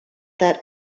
that